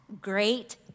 great